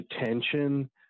attention